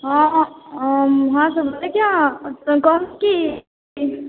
हँ हम देखियौ कहलहुॅं की